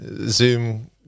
Zoom